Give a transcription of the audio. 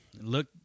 look